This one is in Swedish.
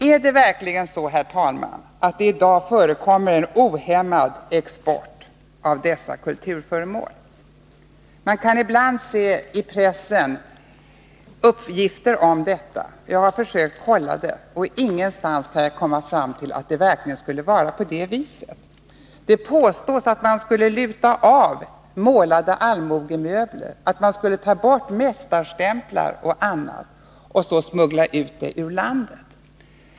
Är det verkligen så att det i dag förekommer en ohämmad export av dessa kulturföremål? Man kan ibland se uppgifter om detta i pressen. Jag har försökt kolla dem, men jag har inte någon gång kunnat komma fram till att det verkligen skulle vara på det viset. Det påstås att man skulle luta av målade allmogemöbler, att man skulle ta bort mästarstämplar och annat och sedan smuggla ut föremålen ur landet.